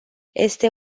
este